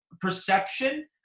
perception